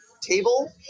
table